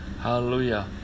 Hallelujah